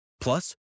Plus